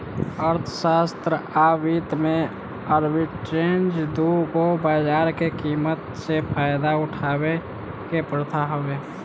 अर्थशास्त्र आ वित्त में आर्बिट्रेज दू गो बाजार के कीमत से फायदा उठावे के प्रथा हवे